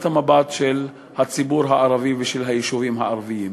המבט של הציבור הערבי ושל היישובים הערביים.